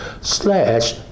slash